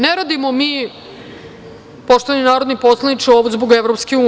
Ne radimo mi poštovani narodni poslaniče, ovo zbog EU.